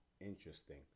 Interesting